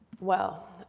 well